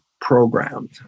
programmed